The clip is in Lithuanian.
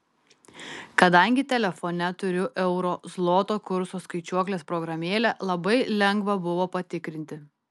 kadangi telefone turiu euro zloto kurso skaičiuoklės programėlę labai lengva buvo patikrinti